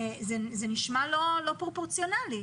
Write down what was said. זה נשמע לא פרופורציונאלי.